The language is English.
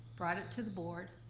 brought it to the board,